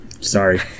Sorry